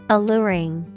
Alluring